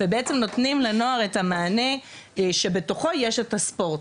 ובעצם נותנים לנוער את המענה שבתוכו יש את הספורט,